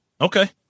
okay